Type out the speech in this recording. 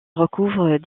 recouvre